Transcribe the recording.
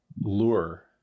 lure